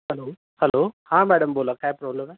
hello hello हां madam बोला काय प्रॉब्लेम आहे